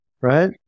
right